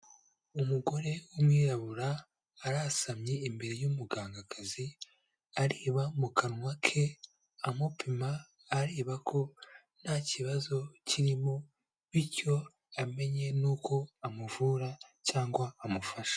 Umugore w'umwirabura arasamye imbere y'umugangakazi areba mu kanwa ke, amupima areba ko nta kibazo kirimo bityo amenye n'uko amuvura cyangwa amufasha.